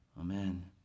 Amen